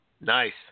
nice